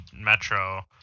Metro